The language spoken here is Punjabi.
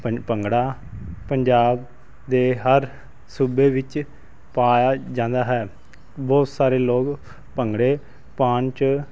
ਭ ਭੰਗੜਾ ਪੰਜਾਬ ਦੇ ਹਰ ਸੂਬੇ ਵਿੱਚ ਪਾਇਆ ਜਾਂਦਾ ਹੈ ਬਹੁਤ ਸਾਰੇ ਲੋਕ ਭੰਗੜੇ ਪਾਉਣ 'ਚ